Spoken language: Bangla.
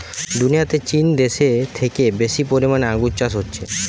দুনিয়াতে চীন দেশে থেকে বেশি পরিমাণে আঙ্গুর চাষ হচ্ছে